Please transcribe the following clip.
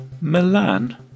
Milan